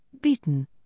beaten